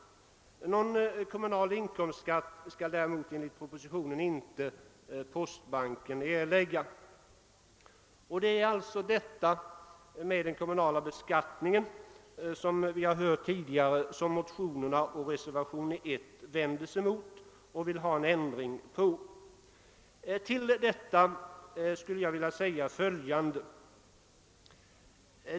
Någon kommunalskatt skall däremot enligt propositionen postbanken inte erlägga. Det är, som vi har hört tidigare här, förslaget i fråga om den kommunala beskattningen som man i motionerna och reservationen 1 vänder sig emot och vill ha en ändring på. Till detta vill jag säga följande.